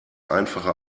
einfache